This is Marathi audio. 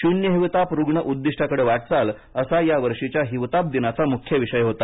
झिरो हिवताप रुग्ण उद्दिष्टाकडे वाटचाल असा यावर्षीच्या हिवताप दिनाचा मुख्य विषय होता